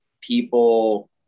people